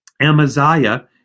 Amaziah